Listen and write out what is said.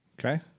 Okay